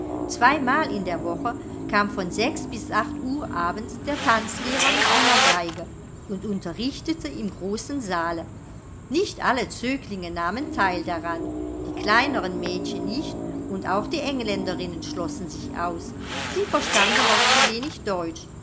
zweimal in der woche kam von sechs bis acht uhr abends der tanzlehrer mit einer geige und unterrichtete im großen saale nicht alle zöglinge nahmen teil daran die kleineren mädchen nicht und auch die engländerinnen schlossen sich aus sie verstanden noch zu wenig deutsch